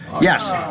Yes